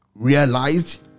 realized